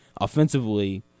offensively